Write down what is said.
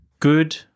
Good